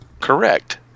correct